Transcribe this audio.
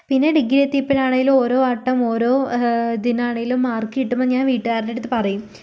പിന്നെ ഡിഗ്രി എത്തിയപ്പോഴാണെങ്കിലും ഓരോ വട്ടം ഓരോ ഇതിനാണെങ്കിലും മാർക്ക് കിട്ടുമ്പോൾ ഞാൻ വീട്ടുകാരുടെ അടുത്ത് പറയും